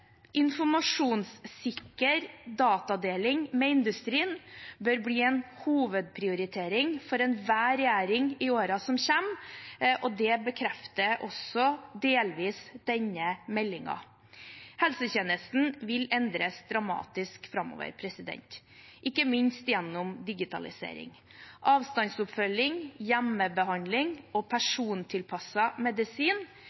Informasjonssikker datadeling med industrien bør bli en hovedprioritering for enhver regjering i årene som kommer, og det bekrefter også delvis denne meldingen. Helsetjenesten vil endres dramatisk framover, ikke minst gjennom digitalisering. Avstandsoppfølging, hjemmebehandling og